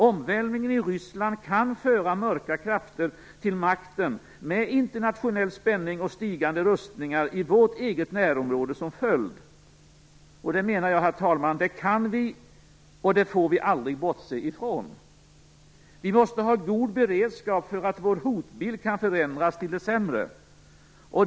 Omvälvningen i Ryssland kan föra mörka krafter till makten, med internationell spänning och stigande rustningar i vårt eget närområde som följd. Herr talman! Detta kan vi och får vi aldrig bortse ifrån. Vi måste ha god beredskap för att vår hotbild kan förändras till det sämre.